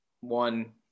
one